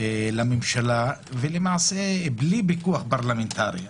לממשלה ולמעשה בלי פיקוח פרלמנטרי.